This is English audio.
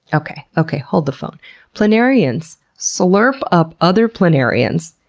okay, okay, hold the phone planarians slurp up other planarians,